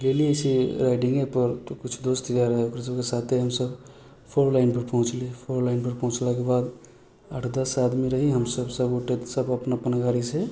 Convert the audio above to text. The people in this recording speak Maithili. गेली ऐसे राइडिंगेपर तऽ किछु दोस्त जाइ रहै ओकर सबके साथे हमसब फोर लाइनपर पहुँचली फोर लाइनपर पहुँचलाके बाद आठ दस आदमी रही हमसब सब गोटे सब अपन अपन गाड़ीसँ